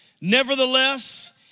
nevertheless